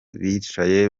bicaye